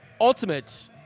ultimate